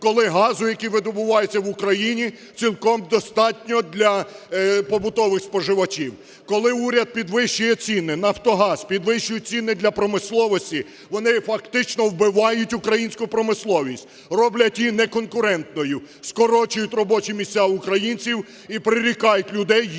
Коли газу, який видобувається в Україні цілком достатньо для побутових споживачів. Коли уряд підвищує ціни, "Нафтогаз" підвищує ціни для промисловості, вони фактично вбивають українську промисловість, роблять її неконкурентною, скорочують робочі місця українців і прирікають людей